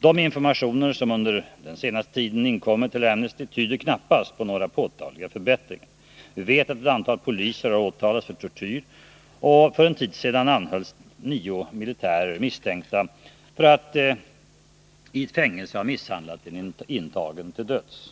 De informationer som under den senaste tiden inkommit till Amnesty tyder knappast på några påtagliga förbättringar. Vi vet att ett antal poliser har åtalats för tortyr, och för en tid sedan anhölls nio militärer misstänkta för att i ett fängelse ha misshandlat en intagen till döds.